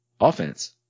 offense